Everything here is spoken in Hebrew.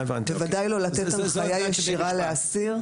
בוודאי לא לתת הנחייה ישירה להסיר.